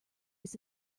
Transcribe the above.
was